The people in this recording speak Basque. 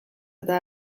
eta